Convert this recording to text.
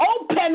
open